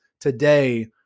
today